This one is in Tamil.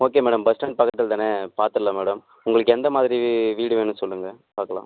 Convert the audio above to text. ஓகே மேடம் பஸ் ஸ்டாண்ட் பக்கத்தில் தானே பார்த்துர்லாம் மேடம் உங்களுக்கு எந்தமாதிரி வீடு வேணும்னு சொல்லுங்கள் பார்க்கலாம்